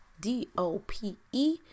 D-O-P-E